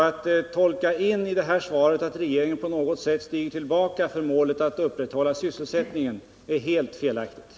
Att i detta svar tolka in att regeringen på något sätt stiger tillbaka för målet att upprätthålla sysselsättningen är helt felaktigt.